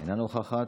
אינה נוכחת.